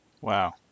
Wow